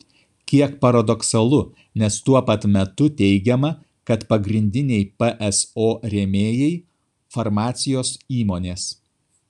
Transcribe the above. kiek paradoksalu nes tuo pat metu teigiama kad pagrindiniai pso rėmėjai farmacijos įmonės